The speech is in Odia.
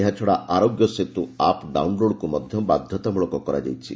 ଏହାଛଡ଼ା ଆରୋଗ୍ୟ ସେତୁ ଆପ୍ ଡାଉନ୍ଲୋଡ଼କୁ ମଧ୍ୟ ବାଧ୍ୟତାମଳକ କରାଯାଇଛି